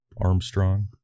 Armstrong